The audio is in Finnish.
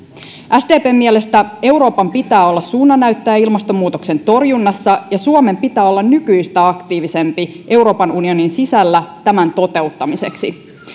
sdpn mielestä euroopan pitää olla suunnannäyttäjä ilmastonmuutoksen torjunnassa ja suomen pitää olla nykyistä aktiivisempi euroopan unionin sisällä tämän toteuttamiseksi